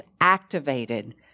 activated